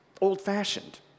old-fashioned